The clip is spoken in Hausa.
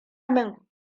min